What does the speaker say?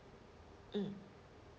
mm